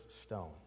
stone